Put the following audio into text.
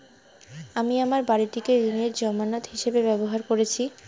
আমি আমার বাড়িটিকে ঋণের জামানত হিসাবে ব্যবহার করেছি